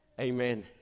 Amen